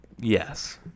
Yes